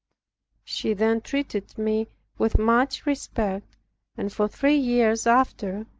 she then treated me with much respect and for three years after,